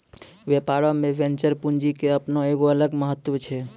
व्यापारो मे वेंचर पूंजी के अपनो एगो अलगे महत्त्व छै